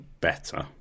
better